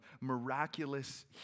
miraculous